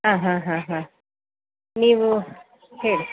ಹಾಂ ಹಾಂ ಹಾಂ ನೀವು ಹೇಳಿ